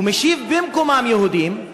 ומושיב במקומם יהודים,